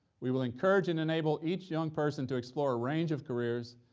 we will encourage and enable each young person to explore a range of careers,